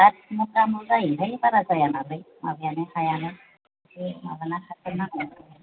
आठ मन गाहामल' जायोहाय बारा जाया नालाय माबायानो हायानो